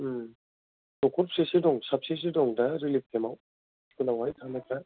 न'खर बेसेसो दं साबेसेसो दं दा रिलिफ केम्प आव स्कुल आवहाय थानायफोरा